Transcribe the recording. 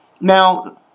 Now